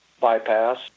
bypass